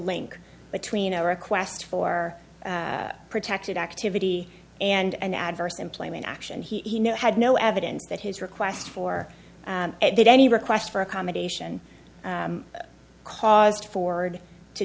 link between a request for protected activity and an adverse employment action he had no evidence that his request for a did any request for accommodation caused afford to